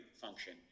function